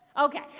okay